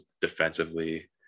defensively